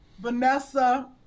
vanessa